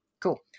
Cool